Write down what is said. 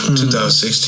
2016